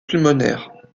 pulmonaires